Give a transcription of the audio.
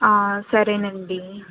సరేనండీ